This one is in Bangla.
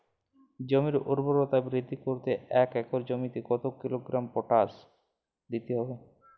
জমির ঊর্বরতা বৃদ্ধি করতে এক একর জমিতে কত কিলোগ্রাম পটাশ দিতে হবে?